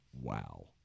wow